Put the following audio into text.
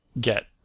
get